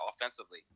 offensively